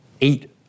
eight